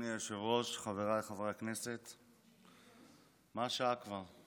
אדוני היושב-ראש, חבריי חברי הכנסת, מה השעה כבר?